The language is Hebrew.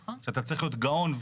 שאתה צריך להיות גאון,